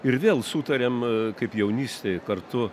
ir vėl sutarėm kaip jaunystėj kartu